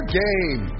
game